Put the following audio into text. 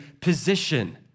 position